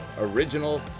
original